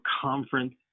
conference